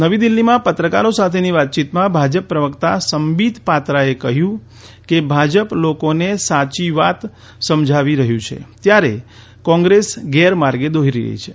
નવી દિલ્હીમાં પત્રકારો સાથેની વાતચીતમાં ભાજપ પ્રવકતા સંબીત પાત્રાએ કહ્યું કે ભાજપ લોકોને સાચી વાત સમજાવી રહ્યું છે ત્યારે કોંગ્રેસ ગેરમાર્ગે દોરી રહી છે